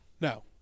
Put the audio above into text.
No